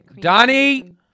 Donnie